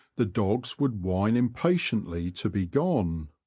the dogs would whine impatiently to be gone.